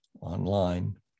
online